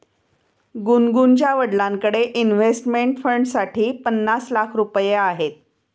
गुनगुनच्या वडिलांकडे इन्व्हेस्टमेंट फंडसाठी पन्नास लाख रुपये आहेत